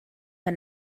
der